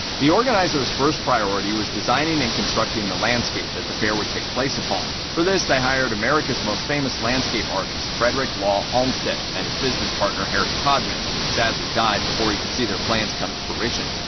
the organizers' first priority was designing and constructing the landscape that the fair would take place upon. for this, they hired america's most famous landscape artist, frederick law olmsted, and his business partner henry codman, who sadly died before he could see their plans come to fruition.